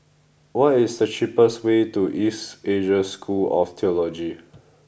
what is the cheapest way to East Asia School of Theology